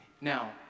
Now